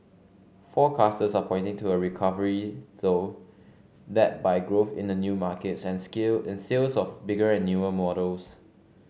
forecasters are pointing to a recovery though led by growth in new markets and skill and sales of bigger and newer models